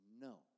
No